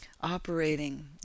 operating